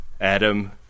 Adam